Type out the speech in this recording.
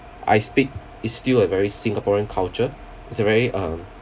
I speak is still a very singaporean culture is a very uh